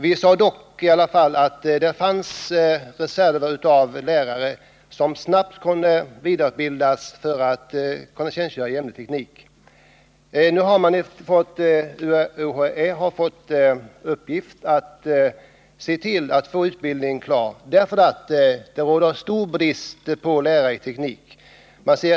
Vi påpekade dock att det inom denna kategori finns en reserv av lärare som snabbt kunde vidareutbildas för att tjänstgöra i ämnet teknik. Nu har UHÄ fått i uppgift att se till att utbildningen blir klar, eftersom det råder stor brist på lärare i teknik.